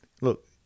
look